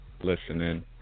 listening